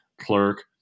clerk